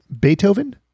Beethoven